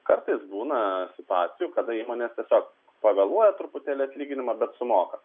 kartais būna situacijų kada įmonė tiesiog pavėluoja truputėlį atlyginimą bet sumoka